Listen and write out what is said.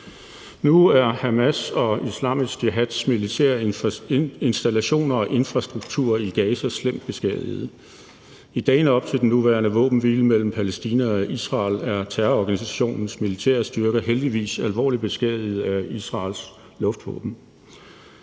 Nu er Hamas og Islamisk Jihads militære installationer og infrastruktur i Gaza slemt beskadiget. I dagene op til den nuværende våbenhvile mellem Palæstina og Israel er terrororganisationens militære styrker heldigvis alvorligt beskadiget af Israels luftvåben.